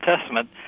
Testament